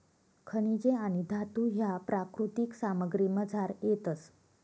खनिजे आणि धातू ह्या प्राकृतिक सामग्रीमझार येतस